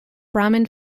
brahmin